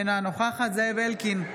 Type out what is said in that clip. אינה נוכחת זאב אלקין,